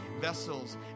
vessels